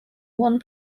one